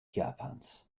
japans